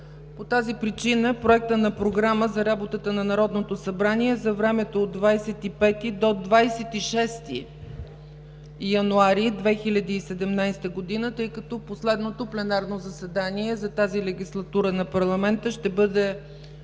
По тази причина Проектът на програма за работата на Народното събрание е за времето от 25 до 26 януари 2017 г., тъй като последното пленарно заседание за тази легислатура на парламента ще бъде